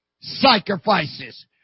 sacrifices